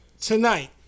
tonight